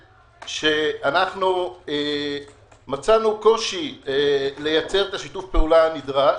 מצאנו קושי לייצר את שיתוף הפעולה הנדרש,